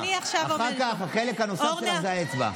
אחר כך, החלק הנוסף שלך זה האצבע.